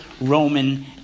Roman